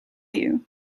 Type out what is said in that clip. you